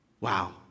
Wow